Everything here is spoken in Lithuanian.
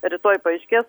rytoj paaiškės